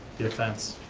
the offense?